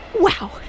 Wow